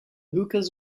hookahs